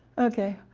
okay.